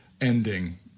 ending